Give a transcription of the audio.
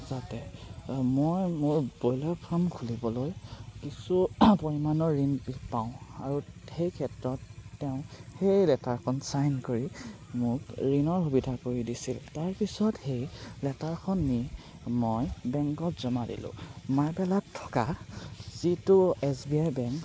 যাতে মই মোৰ ব্ৰইলাৰ ফাৰ্ম খুলিবলৈ কিছু পৰিমাণৰ ঋণ পাওঁ আৰু সেই ক্ষেত্ৰত তেওঁ সেই লেটাৰখন চাইন কৰি মোক ঋণৰ সুবিধা কৰি দিছিল তাৰপিছত সেই লেটাৰখন নি মই বেংকত জমা দিলোঁ থকা যিটো এছ বি আই বেংক